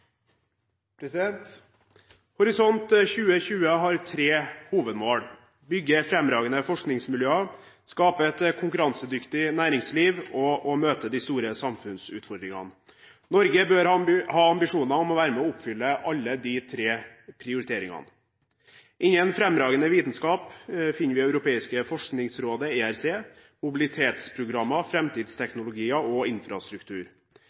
Horisont 2020 har tre hovedmål: bygge fremragende forskningsmiljøer, skape et konkurransedyktig næringsliv og møte de store samfunnsutfordringene. Norge bør ha ambisjoner om å være med og oppfylle alle de tre prioriteringene. Innen fremragende vitenskap finner vi Det europeiske forskningsrådet, ERC, mobilitetsprogrammer, framtidsteknologier og infrastruktur.